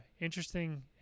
interesting